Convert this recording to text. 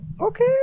Okay